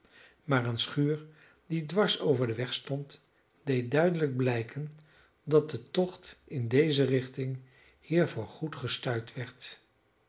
maar eene schuur die dwars over den weg stond deed duidelijk blijken dat de tocht in deze richting hier voor goed gestuit